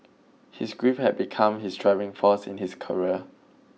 his grief had become his driving force in his career